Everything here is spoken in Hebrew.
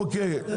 אוקיי.